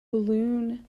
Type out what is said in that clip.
balloon